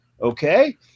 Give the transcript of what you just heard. okay